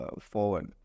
forward